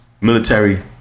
military